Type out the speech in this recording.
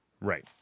Right